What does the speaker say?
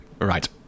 Right